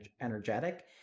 energetic